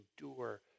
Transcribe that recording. endure